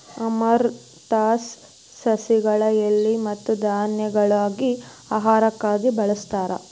amaranthus ಸಸಿಗಳ ಎಲಿ ಮತ್ತ ಧಾನ್ಯಗಳಾಗಿ ಆಹಾರಕ್ಕಾಗಿ ಬಳಸ್ತಾರ